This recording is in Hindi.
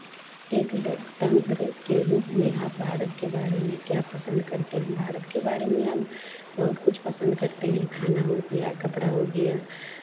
एक लोकतांत्रिक के रूप में आप भारत के बारे में क्या पसन्द करते हैं भारत के बारे में हम बहुत कुछ पसन्द करते हैं खाना हो गया कपड़ा हो गया